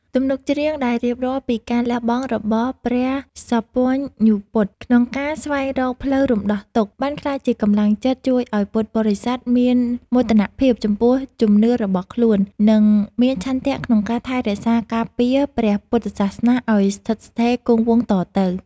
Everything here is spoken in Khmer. ទំនុកច្រៀងដែលរៀបរាប់ពីការលះបង់របស់ព្រះសព្វញ្ញូពុទ្ធក្នុងការស្វែងរកផ្លូវរំដោះទុក្ខ បានក្លាយជាកម្លាំងចិត្តជួយឱ្យពុទ្ធបរិស័ទមានមោទនភាពចំពោះជំនឿរបស់ខ្លួន និងមានឆន្ទៈក្នុងការថែរក្សាការពារព្រះពុទ្ធសាសនាឱ្យស្ថិតស្ថេរគង់វង្សតទៅ។